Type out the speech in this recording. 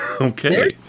Okay